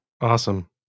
Awesome